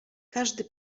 każdy